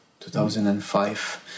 2005